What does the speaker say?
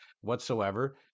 whatsoever